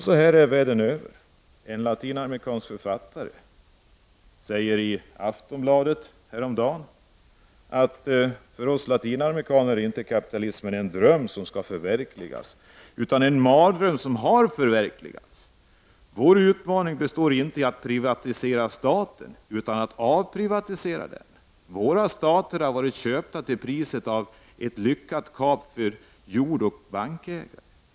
Så är det världen över. En latinamerikansk författare uttalade i Aftonbladet häromdagen: ”För oss latinamerikaner är inte kapitalismen en dröm som skall förverkligas, utan en mardröm som har förverkligats. Vår utmaning består inte i att privatisera staten, utan att avprivatisera den. Våra stater har varit köpta till priset av ett lyckat kap för jordoch bankägarna.